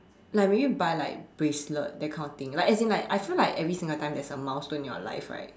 like maybe buy like bracelet that kind of thing like as in I feel like every single time there is a milestone in your life right